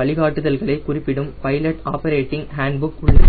வழிகாட்டுதல்களை குறிப்பிடும் pilot operating handbook உள்ளது